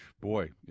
boy